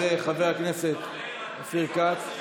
חבר הכנסת אופיר כץ,